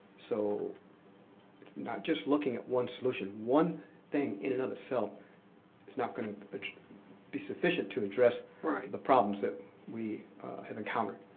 so not just looking at one solution. one thing in and of itself is not going to be sufficient to address the problems that we have encountered.